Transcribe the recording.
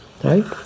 Right